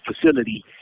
facility